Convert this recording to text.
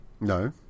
No